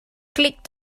click